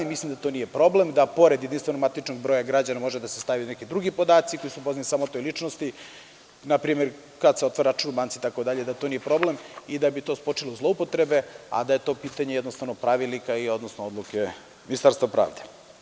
Mislim da to nije problem, da pored jedinstvenog matičnog broja građana mogu da se stavi neki drugi podaci koji su poznati samo toj ličnosti, npr. kad se otvara račun u banci itd, da to nije problem i da bi to sprečilo zloupotrebe, a da je to pitanje jednostavno pravilnika i odluke Ministarstva pravde.